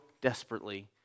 desperately